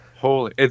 Holy